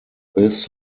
this